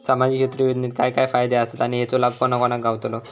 सामजिक क्षेत्र योजनेत काय काय फायदे आसत आणि हेचो लाभ कोणा कोणाक गावतलो?